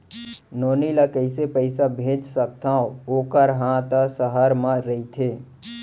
नोनी ल कइसे पइसा भेज सकथव वोकर हा त सहर म रइथे?